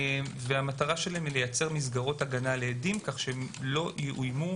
המטרה שלהם לייצר מסגרות הגנה על עדים כך שלא יאוימו